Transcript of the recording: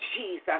Jesus